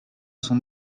son